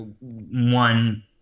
one